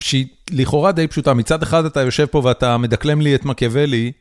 שהיא לכאורה די פשוטה, מצד אחד אתה יושב פה ואתה מדקלם לי את מקיאוולי.